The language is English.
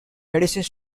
medicine